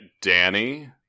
Danny